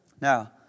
Now